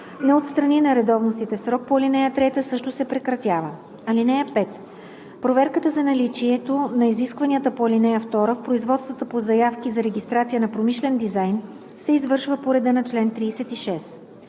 не отстрани нередовностите в срока по ал. 3, същото се прекратява. (5) Проверката за наличието на изискванията по ал. 2 в производствата по заявки за регистрация на промишлен дизайн се извършва по реда на чл. 36.“